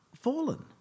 fallen